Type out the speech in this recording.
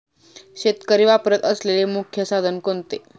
शेतकरी वापरत असलेले मुख्य साधन कोणते?